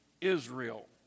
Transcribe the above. Israel